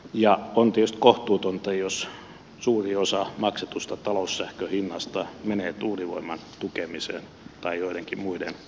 on tietysti kohtuutonta jos suuri osa maksetusta taloussähkön hinnasta menee tuulivoiman tukemiseen tai joidenkin muiden energiahankkeitten tukemiseen